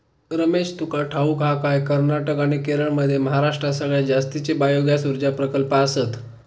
रमेश, तुका ठाऊक हा काय, कर्नाटक आणि केरळमध्ये महाराष्ट्रात सगळ्यात जास्तीचे बायोगॅस ऊर्जा प्रकल्प आसत